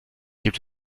gibt